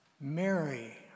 Mary